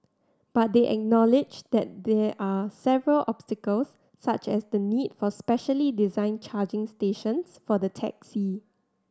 but they acknowledged that there are several obstacles such as the need for specially designed charging stations for the taxi